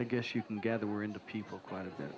i guess you can gather were in the people quite a bit